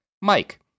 Mike